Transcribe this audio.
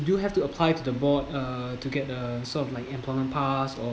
you have to apply to the board uh to get a sort of like employment pass or